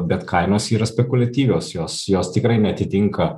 bet kainos yra spekuliatyvios jos jos tikrai neatitinka